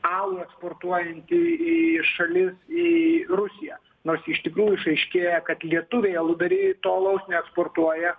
alų eksportuojanti į šalis į rusiją nors iš tikrųjų išaiškėja kad lietuviai aludariai to alaus neeksportuoja